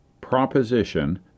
proposition